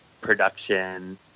production